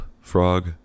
Frog